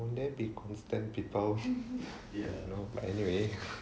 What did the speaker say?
will there be constant people but anyway